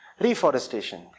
reforestation